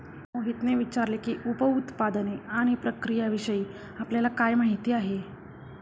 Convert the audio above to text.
मोहितने विचारले की, उप उत्पादने आणि प्रक्रियाविषयी आपल्याला काय माहिती आहे?